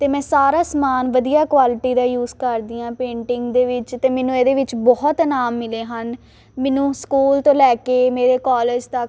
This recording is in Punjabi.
ਅਤੇ ਮੈਂ ਸਾਰਾ ਸਮਾਨ ਵਧੀਆ ਕੁਆਲਿਟੀ ਦਾ ਯੂਜ਼ ਕਰਦੀ ਹਾਂ ਪੇਂਟਿੰਗ ਦੇ ਵਿੱਚ ਅਤੇ ਮੈਨੂੰ ਇਹਦੇ ਵਿੱਚ ਬਹੁਤ ਇਨਾਮ ਮਿਲੇ ਹਨ ਮੈਨੂੰ ਸਕੂਲ ਤੋਂ ਲੈ ਕੇ ਮੇਰੇ ਕਾਲਜ ਤੱਕ